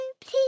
please